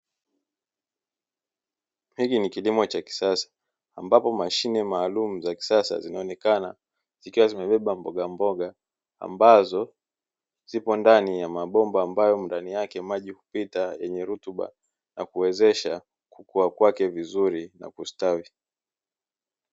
Hiki ni kilimo cha kisasa ambapo mashine maalumu za kisasa zinaonekana zikiwa zimebeba mbogamboga, ambazo zipo ndani ya mabomba ambayo ndani yake maji hupita yenye rutuba na kuwezesha kukua kwake vizuri na kustawi.